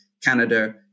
Canada